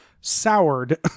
soured